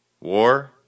war